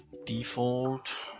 default.